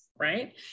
right